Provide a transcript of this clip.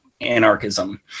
anarchism